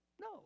No